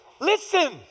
listen